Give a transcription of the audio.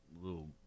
little